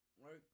right